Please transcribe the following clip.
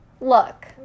Look